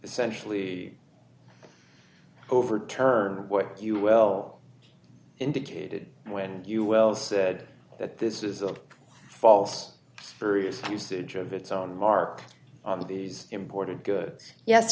essentially overturn what you well indicated when you well said that this is a false serious usage of its own mark on these important good yes